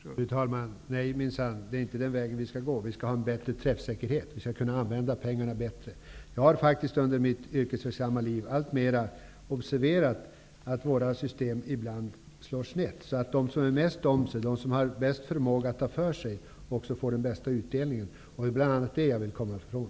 Fru talman! Nej minsann, det är inte den vägen vi skall gå. Träffsäkerheten skall vara större. Pengarna skall kunna användas bättre. Jag har faktiskt under mitt yrkesverksamma liv alltmera observerat att våra system ibland slår snett, vilket gör att de som har bästa förmågan att ta för sig också får den bästa utdelningen. Det är bl.a. det som jag vill komma ifrån.